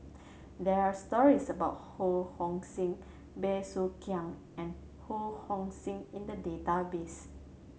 there are stories about Ho Hong Sing Bey Soo Khiang and Ho Hong Sing in the database